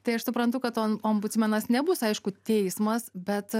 tai aš suprantu kad ombudsmenas nebus aišku teismas bet